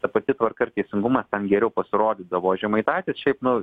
ta pati tvarka ir teisingumas ten geriau pasirodydavo žemaitaitis šiaip nu